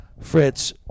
Fritz